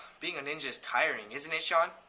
being a ninja is tiring, isn't it, sean?